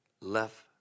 left